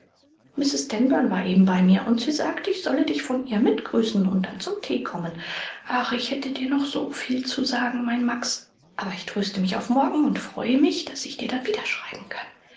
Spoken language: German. war eben bei mir und sie sagt ich solle dich von ihr mit grüßen und dann zum tee kommen ach ich hätte dir noch so viel zu sagen mein max aber ich tröste mich auf morgen und freue mich daß ich dir dann wieder schreiben kann